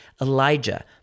Elijah